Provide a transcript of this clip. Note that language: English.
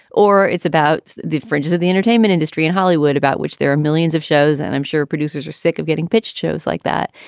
or it's about the fringes of the entertainment industry in hollywood, about which there are millions of shows. and i'm sure producers are sick of getting pitched shows like that.